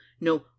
no